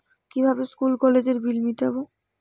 কিভাবে স্কুল কলেজের বিল মিটাব?